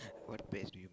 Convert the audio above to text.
what pears do you